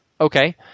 Okay